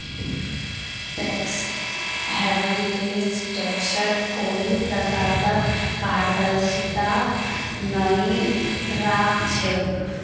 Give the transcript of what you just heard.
tax haven देश टैक्सत कोई प्रकारक पारदर्शिता नइ राख छेक